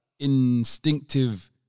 instinctive